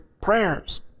prayers